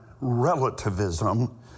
relativism